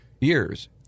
years